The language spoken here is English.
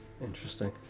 Interesting